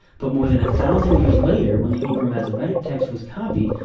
but more than a thousand years later, when the hebrew masoretic text was copied,